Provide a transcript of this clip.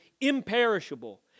imperishable